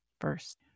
first